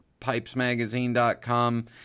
pipesmagazine.com